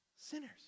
sinners